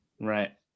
right